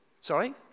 Sorry